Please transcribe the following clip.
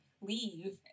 leave